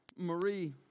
Marie